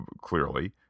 clearly